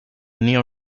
neo